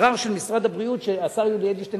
ערר של משרד הבריאות שהשר יולי אדלשטיין